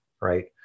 right